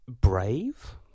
brave